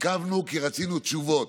עיכבנו כי רצינו תשובות.